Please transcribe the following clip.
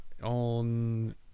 on